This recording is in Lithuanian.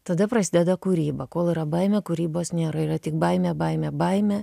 tada prasideda kūryba kol yra baimė kūrybos nėra yra tik baimė baimė baimė